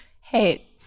Hey